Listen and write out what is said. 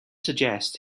suggests